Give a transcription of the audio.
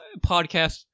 podcast